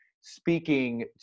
speaking